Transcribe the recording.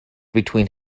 between